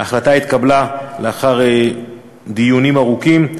ההחלטה התקבלה לאחר דיונים ארוכים.